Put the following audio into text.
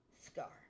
scar